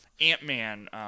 Ant-Man